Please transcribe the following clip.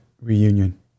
reunion